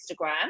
instagram